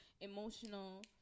emotional